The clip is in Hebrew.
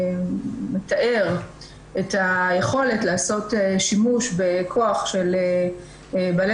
והוא מתאר את היכולת לעשות שימוש בכוח של בעלי